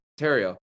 Ontario